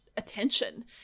Attention